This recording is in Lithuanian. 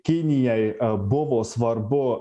kinijai buvo svarbu